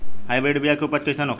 Hybrid बीया के उपज कैसन होखे ला?